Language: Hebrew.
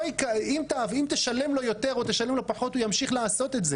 אם תשלם לו יותר או תשלם לו פחות הוא ימשיך לעשות את זה.